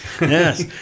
yes